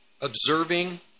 observing